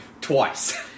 twice